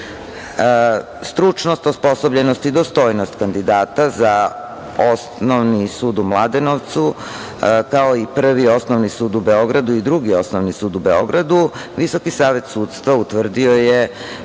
Beogradu. Stručnost, osposobljenost i dostojnost kandidata za Osnovni sud u Mladenovcu, kao i Prvi osnovni sud u Beogradu i Drugi osnovni sud u Beogradu, VSS utvrdio je